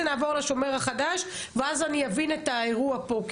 נעבור לשומר החדש ואז אני אבין את האירוע פה.